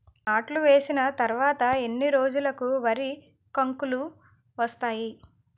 నాట్లు వేసిన తర్వాత ఎన్ని రోజులకు వరి కంకులు వస్తాయి?